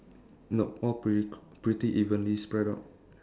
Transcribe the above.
nope all pretty pretty evenly spread out